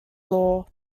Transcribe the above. law